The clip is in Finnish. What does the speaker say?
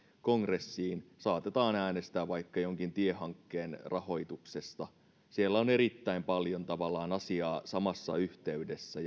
kongressiin saatetaan äänestää vaikka jonkin tiehankkeen rahoituksesta siellä on erittäin paljon tavallaan asiaa samassa yhteydessä